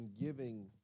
giving